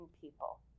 people